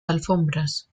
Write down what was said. alfombras